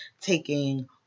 taking